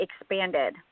expanded